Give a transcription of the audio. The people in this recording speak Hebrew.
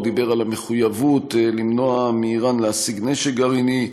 הוא דיבר על המחויבות למנוע מאיראן להשיג נשק גרעיני.